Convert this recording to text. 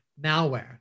malware